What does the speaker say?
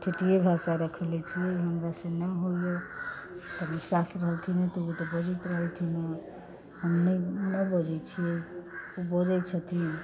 ठेठिए भाषा रखने छियै हमरासँ नहि होइए अभी सास रहलखिन तऽ ओ बजैत रहलखिन हेँ हम नहि नहि बजैत छियै ओ बजैत छथिन